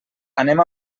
anem